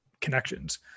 connections